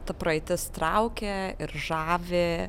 ta praeitis traukia ir žavi